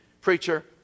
preacher